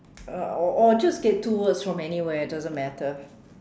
uh or or just get two words from anywhere doesn't matter